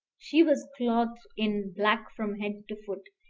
she was clothed in black from head to foot,